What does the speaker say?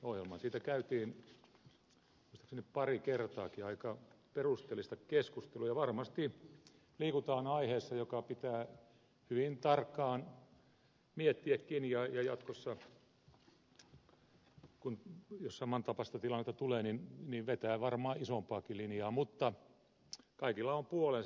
siitä käytiin muistaakseni pari kertaakin aika perusteellista keskustelua ja varmasti liikutaan aiheessa joka pitää hyvin tarkkaan miettiäkin ja jatkossa jos samantapainen tilanne tulee vetää varmaan isompaakin linjaa mutta kaikilla näillä asioilla on puolensa